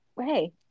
Hey